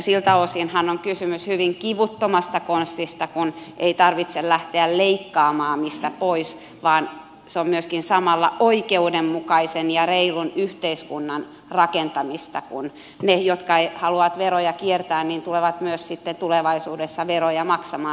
siltä osinhan on kysymys hyvin kivuttomasta konstista kun ei tarvitse lähteä leikkaamaan mistään pois vaan se on myöskin samalla oikeudenmukaisen ja reilun yhteiskunnan rakentamista kun ne jotka haluavat veroja kiertää tulevat myös sitten tulevaisuudessa veroja maksamaan